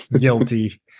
guilty